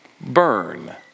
burn